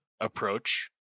approach